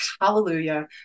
hallelujah